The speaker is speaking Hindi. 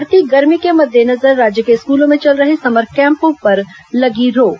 बढ़ती गर्मी के मद्देनजर राज्य के स्कूलों में चल रहे समर केंपों पर लगी रोक